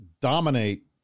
dominate